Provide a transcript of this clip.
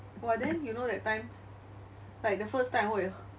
!wah! then you know that time like the first time I work with